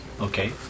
okay